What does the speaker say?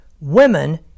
women